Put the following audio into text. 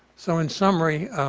so in summary,